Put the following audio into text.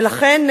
ולכן,